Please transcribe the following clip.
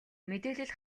мэдээлэл